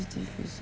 results